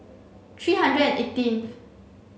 three hundred and eighteen